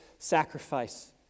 sacrifice